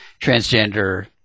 transgender